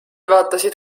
vaatasid